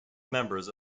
members